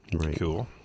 Cool